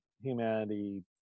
humanity